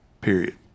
period